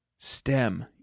STEM